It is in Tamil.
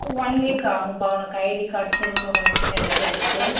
ஒன் வீக் ஆகும்ப்பா உனக்கு ஐடி கார்ட் திரும்ப உனக்கு கிடைக்கிறதுக்கு